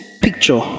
picture